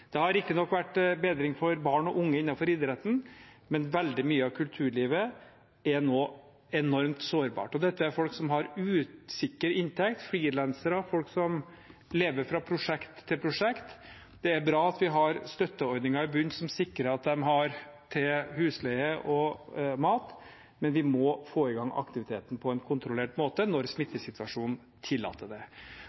Det har riktignok vært bedring for barn og unge innenfor idretten, men veldig mye av kulturlivet er nå enormt sårbart, og dette er folk som har usikker inntekt – frilansere, folk som lever fra prosjekt til prosjekt. Det er bra at vi har støtteordninger i bunnen som sikrer at de har til husleie og mat, men vi må få i gang aktiviteten på en kontrollert måte når